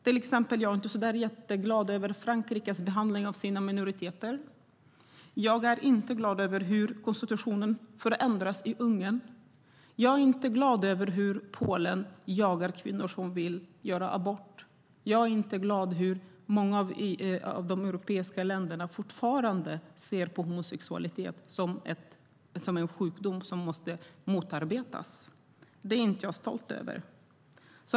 Till exempel är jag inte särskilt glad över Frankrikes behandling av sina minoriteter, över hur konstitutionen förändras i Ungern, över hur Polen jagar kvinnor som vill göra abort eller hur många av de europeiska länderna fortfarande ser på homosexualitet som en sjukdom som måste motarbetas. Detta är jag inte stolt över.